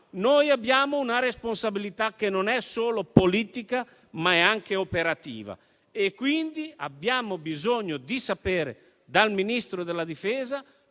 abbiamo una responsabilità che non è solo politica, ma è anche operativa. Quindi, abbiamo bisogno di sapere dal Ministro della difesa